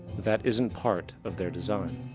that isn't part of their design.